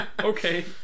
Okay